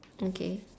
okay